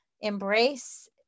Embrace